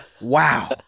Wow